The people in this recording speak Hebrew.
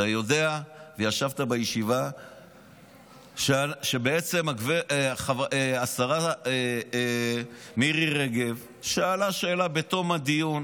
ישבת בישיבה ואתה יודע שבעצם השרה מירי רגב שאלה שאלה בתום הדיון,